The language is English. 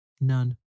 None